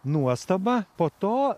nuostabą po to